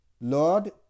Lord